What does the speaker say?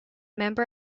member